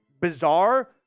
bizarre